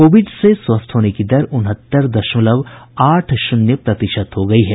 Covid से स्वस्थ होने की दर उनहत्तर दशमलव आठ शून्य प्रतिशत हो गई है